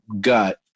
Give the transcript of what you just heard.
gut